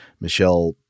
Michelle